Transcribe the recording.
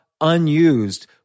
unused